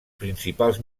principals